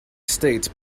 states